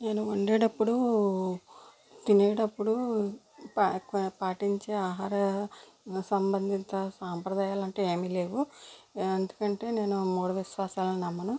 నేను వండేడప్పుడు తినేటప్పుడు పా పాటించే ఆహార సంబంధిత సాంప్రదాయాలు అంటూ ఏమీ లేవు ఎందుకంటే నేను మూడ విశ్వాసాలను నమ్మను